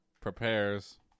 prepares